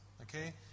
Okay